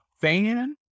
fan